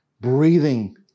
breathing